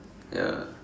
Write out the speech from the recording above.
ya